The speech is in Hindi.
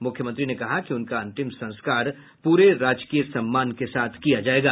मुख्यमंत्री ने कहा कि उनका अंतिम संस्कार पूरे राजकीय सम्मान के साथ किया जायेगा